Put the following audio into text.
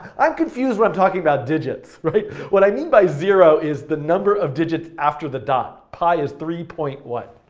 i'm confused when i'm talking about digits, right? what i mean by zero is the number of digits after the dot. pi is three point one,